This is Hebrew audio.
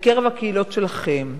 בקרב הקהילות שלכם,